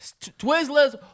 Twizzlers